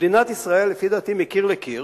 במדינת ישראל, לפי דעתי, מקיר לקיר